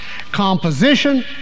composition